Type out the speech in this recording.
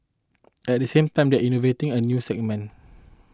at the same time they are innovating in new segments